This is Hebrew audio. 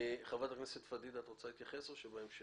חברת הכנסת פדידה את רוצה להתייחס או שבהמשך?